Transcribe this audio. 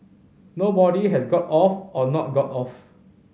nobody has got off or not got off